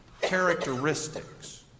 characteristics